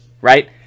Right